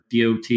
dot